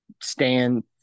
stand